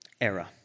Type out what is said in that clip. era